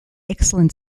excellent